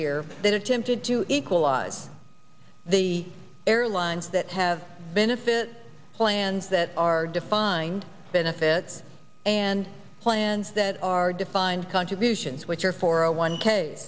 year that attempted to equalize the airlines that have benefit plans that are defined benefit and plans that are defined contributions which are for a one